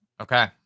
okay